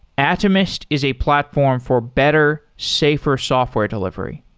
atomist is a platform for better, safer software delivery.